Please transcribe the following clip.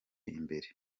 imbere